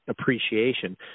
appreciation